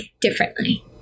differently